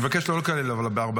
אבל אני מבקש לא לקלל ב-04:22,